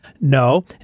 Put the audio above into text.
No